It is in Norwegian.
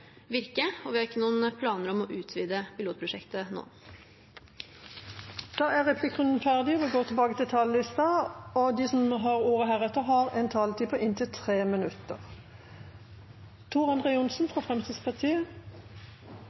virke, og vi har ikke noen planer om å utvide pilotprosjektet nå. Replikkordskiftet er omme. De talere som heretter får ordet, har en taletid på inntil 3 minutter. Først må jeg si at jeg reagerer veldig sterkt på